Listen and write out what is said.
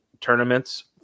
tournaments